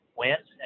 went